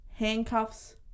Handcuffs